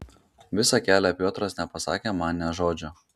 visą kelią piotras nepasakė man nė žodžio